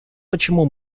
почему